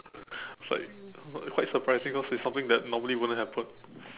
it's like quite surprising because it's something that like normally wouldn't happen